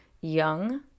young